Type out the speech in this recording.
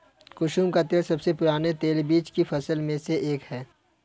कुसुम का तेल सबसे पुराने तेलबीज की फसल में से एक है